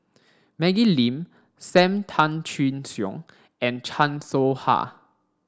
Maggie Lim Sam Tan Chin Siong and Chan Soh Ha